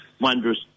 wondrous